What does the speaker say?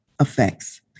effects